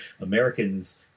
Americans